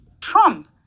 Trump